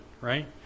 right